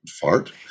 Fart